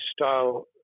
style